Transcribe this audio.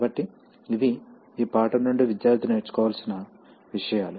కాబట్టి ఇవి ఈ పాఠం నుండి విద్యార్థి నేర్చుకోవాల్సిన విషయాలు